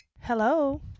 Hello